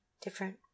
different